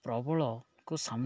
ପ୍ରବଳକୁ ସାମ୍ନା